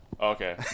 Okay